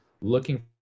looking